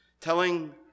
Telling